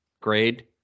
grade